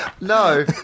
no